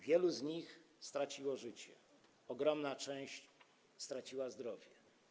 Wielu z nich straciło życie, ogromna część straciła zdrowie.